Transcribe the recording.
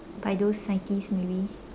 by those scientist maybe